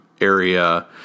area